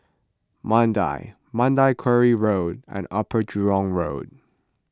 Mandai Mandai Quarry Road and Upper Jurong Road